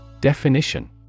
Definition